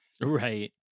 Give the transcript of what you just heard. Right